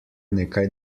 nekaj